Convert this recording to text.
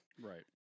Right